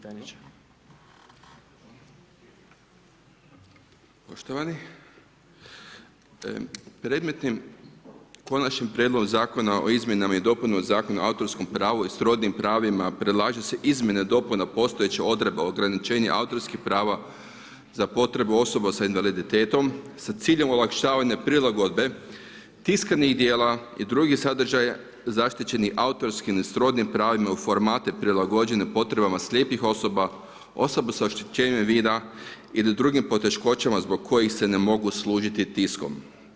Poštovani, predmetnim konačnim prijedlogom zakona o izmjenama i dopunama Zakona o autorskom pravu i srodnim pravima predlaže se izmjene dopuna postojeće odredbe ograničenje autorskih prava za potrebu osoba s invaliditetom sa ciljem olakšavanja prilagodbe tiskanih dijela i drugih sadržaja zaštićeni autorskim i srodnim pravima u formate prilagođene potrebama slijepih osoba, osoba s oštećenjem vida ili drugim poteškoćama zbog kojih se ne mogu služiti tiskom.